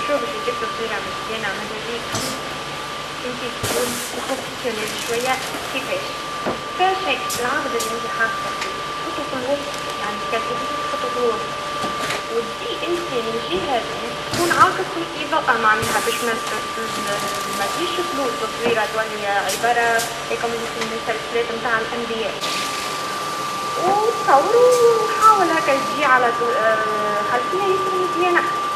شو باش يجيب تصويرا مزيانا عماذا بيك, انت تكون محترف شويا, كيفاش؟ فاشي العبد اللي انتا حاجتك بيه, تحطوا بالوسط يعني تكادري تحطو في الوسط, وتجي انت من جهة تكون عكس الإضاءة معناها باش ممتل- متجيش فلو التصويرات واللي عبارا هيكم اللي في المسلسلات, متاع الأنبياء, و تصوروا, وحاول هكا تجي على تي- خلفيا ياسر مزيانا.